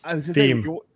theme